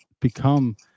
become